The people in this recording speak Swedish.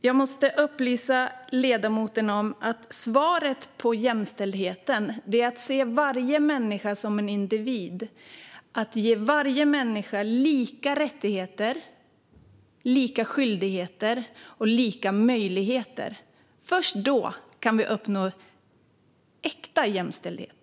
Jag måste upplysa ledamoten om att svaret på jämställdheten är att se varje människa som en individ, att ge alla människor lika rättigheter, lika skyldigheter och lika möjligheter. Först då kan vi uppnå äkta jämställdhet.